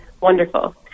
wonderful